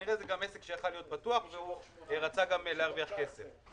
שכנראה זה גם עסק שיכל להיות פתוח והוא רצה גם להרוויח כסף,